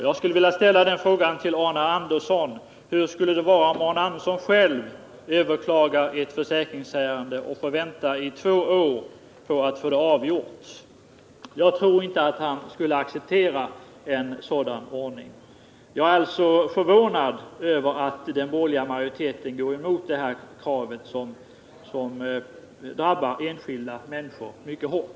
Jag ställer mig frågan hur Arne Andersson skulle reagera om han själv skulle överklaga ett försäkringsärende och få vänta i två år på att få ärendet avgjort. Jag tror att han inte skulle acceptera en sådan ordning. Jag är alltså förvånad över att den borgerliga majoriteten går emot socialdemokraternas krav, särskilt som detta drabbar enskilda människor mycket hårt.